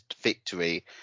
victory